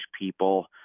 people